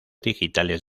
digitales